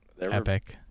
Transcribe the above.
Epic